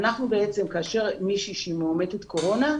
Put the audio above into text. אנחנו מיידעים את בתי החולים כאשר ישנה מישהי שהיא מאומתת קורונה,